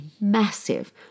massive